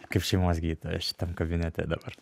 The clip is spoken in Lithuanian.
kaip šeimos gydytoja šitam kabinete dabar